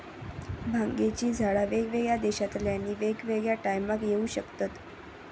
भांगेची झाडा वेगवेगळ्या देशांतल्यानी वेगवेगळ्या टायमाक येऊ शकतत